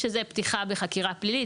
שזה פתיחה בחקירה פלילית,